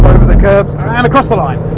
but over the curbs, and across the line.